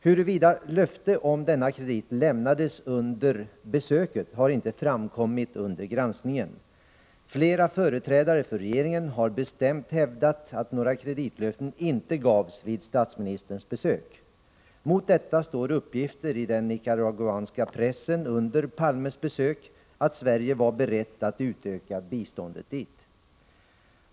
Huruvida löften om denna kredit lämnades under besöket har inte framkommit under granskningen. Flera företrädare för regeringen har bestämt hävdat att några kreditlöften inte gavs vid statsministerns besök. Mot detta står uppgifter i den nicaraguanska pressen under Palmes besök att Sverige var berett att utöka biståndet dit.